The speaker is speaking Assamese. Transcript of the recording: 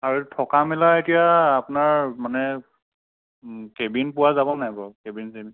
আৰু থকা মেলা এতিয়া আপোনাৰ মানে কেবিন পোৱা যাব নাই বাৰু কেবিন চেবিন